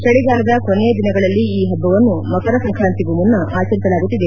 ಚಳಿಗಾಲದ ಕೊನೆಯ ದಿನಗಳಲ್ಲಿ ಈ ಹಬ್ಬವನ್ನು ಮಕರ ಸಂಕ್ರಾಂತಿಗೂ ಮುನ್ನ ಆಚರಿಸಲಾಗುತ್ತಿದೆ